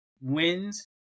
wins